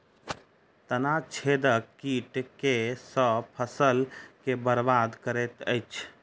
तना छेदक कीट केँ सँ फसल केँ बरबाद करैत अछि?